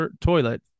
toilet